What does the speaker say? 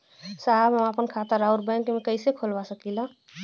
साहब हम आपन खाता राउर बैंक में कैसे खोलवा सकीला?